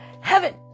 heaven